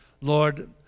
Lord